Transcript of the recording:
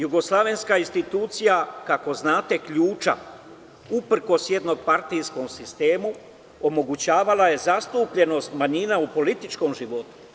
Jugoslovenska institucija, kako znate, ključa, uprkos jednopartijskom sistemu, omogućavala je zastupljenost manjina u političkom životu.